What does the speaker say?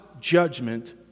judgment